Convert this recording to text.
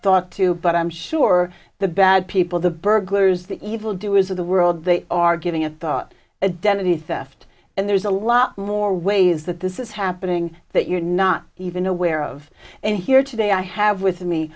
thought to but i'm sure the bad people the burglars the evil doers of the world they are giving a thought a den of these theft and there's a lot more ways that this is happening that you're not even aware of and here today i have with me